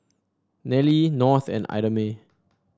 Nelie North and Idamae